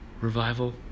revival